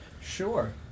sure